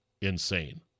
insane